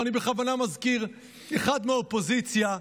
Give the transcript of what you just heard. ואני בכוונה מזכיר אחד מהאופוזיציה,